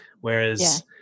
Whereas